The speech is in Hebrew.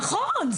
נכון,